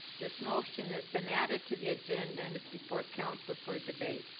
this motion has been added to the agenda and is before council for debate.